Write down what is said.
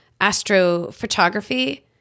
astrophotography